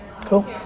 Cool